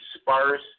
sparse